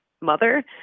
mother